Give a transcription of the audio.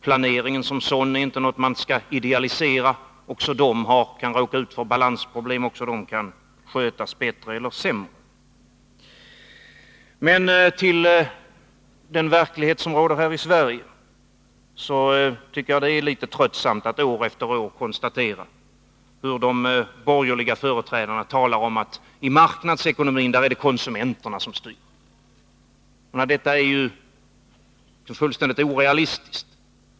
Planeringen som sådan ärinte någonting som man skall idealisera. Också planekonomierna kan råka ut för balansproblem. Också de kan skötas bättre eller sämre. Men för att återgå till den verklighet som råder här i Sverige vill jag säga att jag tycker det är litet tröttsamt att år efter år konstatera hur de borgerliga företrädarna talar om att i marknadsekonomin, där är det konsumenterna som styr. Detta är ju väldigt orealistiskt.